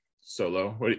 Solo